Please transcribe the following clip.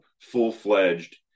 full-fledged